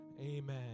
Amen